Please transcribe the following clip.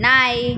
நாய்